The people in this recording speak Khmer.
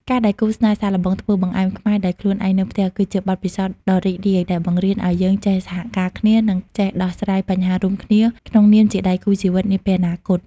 ការដែលគូស្នេហ៍សាកល្បងធ្វើបង្អែមខ្មែរដោយខ្លួនឯងនៅផ្ទះ គឺជាបទពិសោធន៍ដ៏រីករាយដែលបង្រៀនឱ្យយើងចេះសហការគ្នា និងចេះដោះស្រាយបញ្ហារួមគ្នាក្នុងនាមជាដៃគូជីវិតនាពេលអនាគត។